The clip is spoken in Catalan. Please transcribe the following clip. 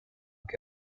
què